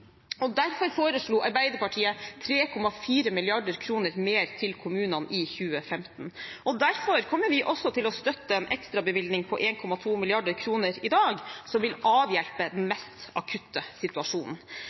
Derfor foreslo Arbeiderpartiet 3,4 mrd. kr mer til kommunene i 2015. Derfor kommer vi også til å støtte en ekstrabevilgning på 1,2 mrd. kr i dag, som vil avhjelpe den mest akutte situasjonen.